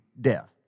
death